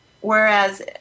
whereas